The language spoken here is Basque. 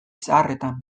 zaharretan